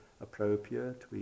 appropriate